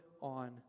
on